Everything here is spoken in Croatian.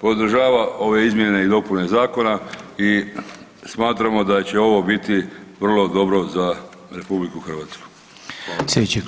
podržava ove izmjene i dopune zakona i smatramo da će ovo biti vrlo dobro za RH.